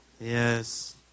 Yes